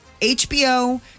HBO